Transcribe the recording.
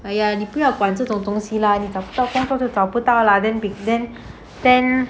!aiya! 你不要管这种东西 lah 你找不到工作就找不到 lah then began ten